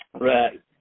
right